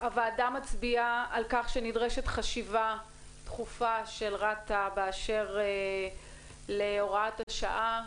הוועדה מצביעה על כך שנדרשת חשיבה דחופה של רת"א באשר להוראת השעה.